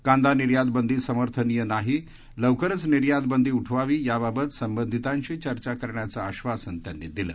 कांदा निर्यातबंदी समर्थनीय नाही लवकरच निर्यात बंदी उठवावी याबाबत संबंधितांशी चर्चा करण्याचं आश्वासन त्यांनी यावेळी दिलं